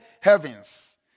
heavens